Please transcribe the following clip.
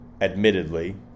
admittedly